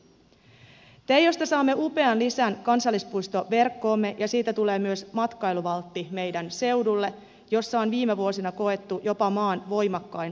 teijosta saamme upean lisän kansallispuistoverkkoomme ja siitä tulee myös matkailuvaltti meidän seudullemme jossa on viime vuosina koettu jopa maan voimakkain rakennemuutos